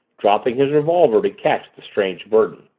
dropping his revolver to catch the strange burden.